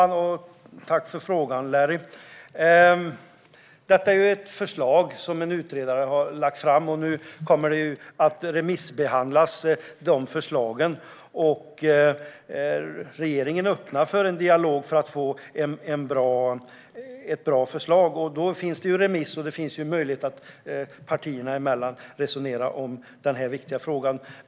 Herr talman! Tack för frågan, Larry Söder! Detta är ett förslag som en utredare har lagt fram, och det ska nu remissbehandlas. Regeringen är öppen för en dialog för att få ett bra förslag. Där finns remiss men även en möjlighet att partier emellan resonera om denna viktiga fråga.